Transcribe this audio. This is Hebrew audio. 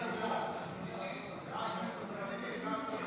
5 נתקבלו